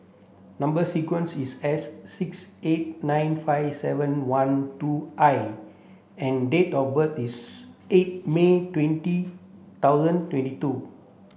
number sequence is S six eight nine five seven one two I and date of birth is eight May twenty thousand twenty two